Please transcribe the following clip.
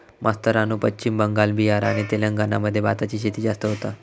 मास्तरानू पश्चिम बंगाल, बिहार आणि तेलंगणा मध्ये भाताची शेती जास्त होता